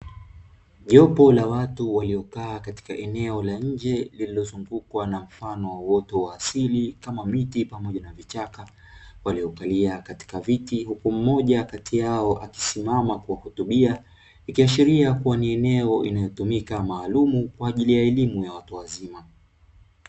Jopo la watu waliokaa katika eneo la nje lililozungukwa na mfano wa uoto wa asili kama miti pamoja na vichaka waliokalia katika viti huku mmoja kati yao akisimama kuwahutubia ikiashiria kuwa ni eneo linalotumika maalumu kwa ajili ya elimu ya watu wazima.